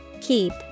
Keep